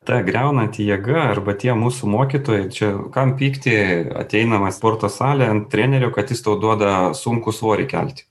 ta griaunanti jėga arba tie mūsų mokytojai čia kam pykti ateinam į sporto salę ant trenerio kad jis tau duoda sunkų svorį kelti